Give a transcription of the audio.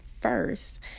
first